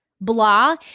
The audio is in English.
blah